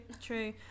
true